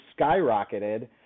skyrocketed